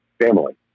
family